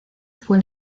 fue